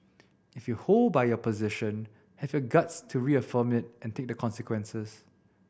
if you hold by your position have your guts to reaffirm it and take the consequences